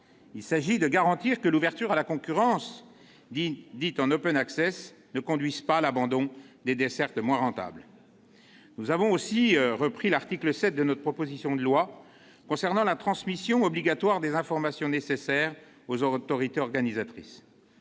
Il s'agit de garantir que l'ouverture à la concurrence dite « en » ne conduira pas à l'abandon des dessertes moins rentables. Nous avons également repris l'article 7 de notre proposition de loi, relatif à la transmission obligatoire des informations nécessaires aux autorités organisatrices.